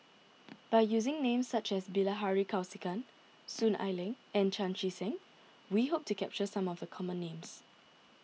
by using names such as Bilahari Kausikan Soon Ai Ling and Chan Chee Seng we hope to capture some of the common names